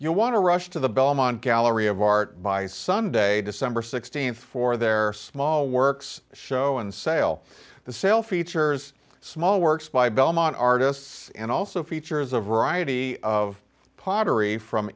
you want to rush to the belmont gallery of art by sunday december th for their small works show and sale the sale features small works by belmont artists and also features a variety of pottery from